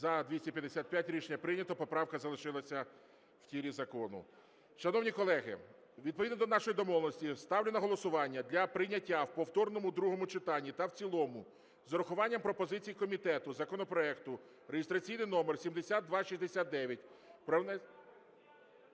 За-255 Рішення прийнято. Поправка залишилася в тілі закону. Шановні колеги, відповідно до нашої домовленості ставлю на голосування для прийняття в повторному другому читанні та в цілому з урахуванням пропозицій комітету законопроект реєстраційний номер 7269.